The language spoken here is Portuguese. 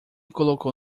colocou